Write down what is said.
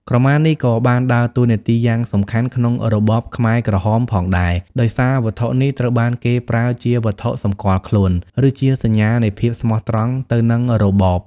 ក្រមានេះក៏បានដើរតួនាទីយ៉ាងសំខាន់ក្នុងរបបខ្មែរក្រហមផងដែរ ដោយសារវត្ថុនេះត្រូវបានគេប្រើជាវត្ថុសម្គាល់ខ្លួន ឬជាសញ្ញានៃភាពស្មោះត្រង់ទៅនឹងរបប។